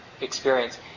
experience